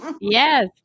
Yes